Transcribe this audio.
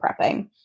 prepping